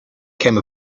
came